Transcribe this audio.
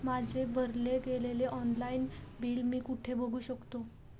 माझे भरले गेलेले ऑनलाईन बिल मी कुठे बघू शकतो?